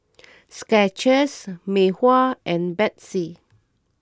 Skechers Mei Hua and Betsy